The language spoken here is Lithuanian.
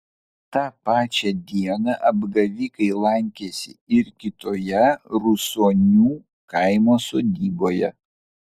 tą pačią dieną apgavikai lankėsi ir kitoje rusonių kaimo sodyboje